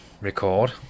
record